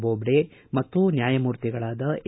ಬೋಜ್ಡೆ ಮತ್ತು ನ್ಯಾಯಮೂರ್ತಿಗಳಾದ ಎ